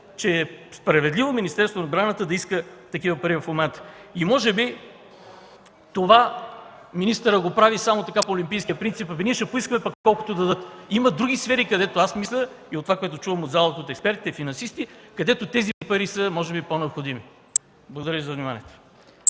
че е справедливо Министерството на отбраната да иска такива пари в момента. И може би министърът прави това само по олимпийския принцип: ние ще поискаме, пък колкото дадат. Има други сфери, които аз мисля, а и от това, което чувам от залата, от експертите, от финансистите, където тези пари са може би по-необходими. Благодаря Ви за вниманието.